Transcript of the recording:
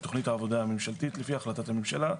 תכנית העבודה הממשלתית על פי החלטת הממשלה.